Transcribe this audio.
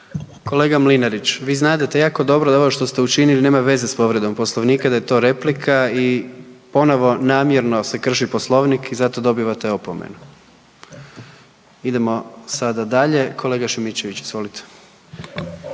Kolega Mlinarić, vi znadete jako dobro da ovo što ste učinili nema veze s povredom Poslovnika, da je to replika i ponovo namjerno se krši Poslovnik i zato dobivate opomenu. Idemo sada dalje, kolega Šimičević, izvolite.